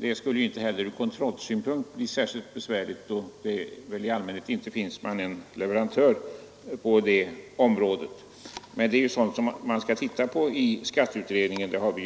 Det skulle inte heller ur kontrollsynpunkt bli särskilt besvärligt, eftersom det i allmänhet inte finns mer än en leverantör på det området. Men detta har vi som sagt begärt att skatteutredningen skall